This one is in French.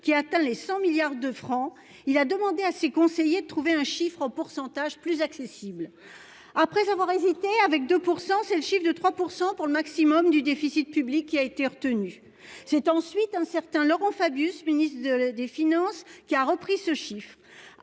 qui atteint les 100 milliards de francs. Il a demandé à ses conseillers de trouver un chiffre en pourcentage, plus accessible. Après avoir hésité avec 2% c'est le chiffre de 3% pour le maximum du déficit public qui a été retenu. C'est ensuite un certain Laurent Fabius ministre de des finances qui a repris ce chiffre